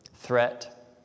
Threat